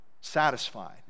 satisfied